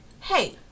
Hey